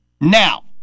Now